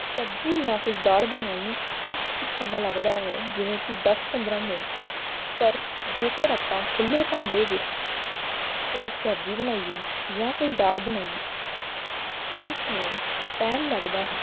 ਸਬਜ਼ੀ ਜਾਂ ਕੋਈ ਦਾਲ ਬਣਾਉਣ ਨੂੰ ਕੁਛ ਕ ਸਮਾਂ ਲੱਗਦਾ ਹੈ ਜਿਵੇਂ ਕਿ ਦਸ ਪੰਦਰ੍ਹਾਂ ਮਿੰਟ ਪਰ ਜੇਕਰ ਆਪਾਂ ਖੁੱਲ੍ਹੇ ਭਾਂਡੇ ਵਿੱਚ ਕੋਈ ਸਬਜ਼ੀ ਬਣਾਈਏ ਜਾਂ ਕੋਈ ਦਾਲ ਬਣਾਈਏ ਉਸ ਨੂੰ ਟਾਈਮ ਲੱਗਦਾ ਹੈ